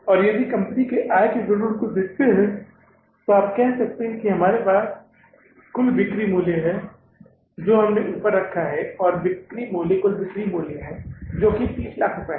और यदि आप कंपनी के आय विवरण को देखते हैं तो आप कह सकते हैं कि हमारे पास कुल बिक्री मूल्य है जो हमने अपने ऊपर रखा है बिक्री मूल्य कुल बिक्री मूल्य है जो कि तीस लाख है